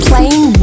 Playing